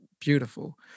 beautiful